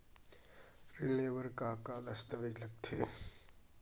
ऋण ले बर का का दस्तावेज लगथे?